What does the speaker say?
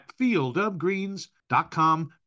fieldofgreens.com